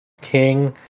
King